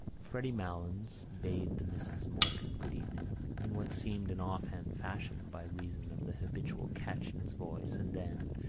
freddy malins bade the misses morkan good-evening in what seemed an offhand fashion by reason of the habitual catch in his voice and then,